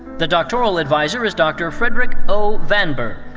the doctoral adviser is dr. fredrik o. vannberg.